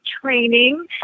training